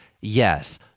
Yes